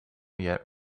yet